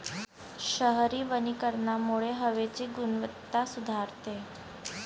शहरी वनीकरणामुळे हवेची गुणवत्ता सुधारते